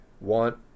want